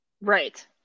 Right